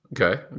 Okay